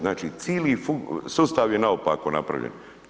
Znači cijeli sustav je naopako napravljen.